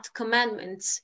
commandments